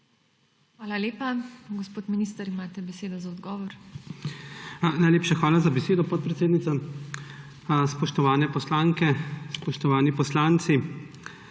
Hvala lepa. Gospod minister, imate besedo za odgovor. JANEZ POKLUKAR: Najlepša hvala za besedo, podpredsednica. Spoštovane poslanke, spoštovani poslanci,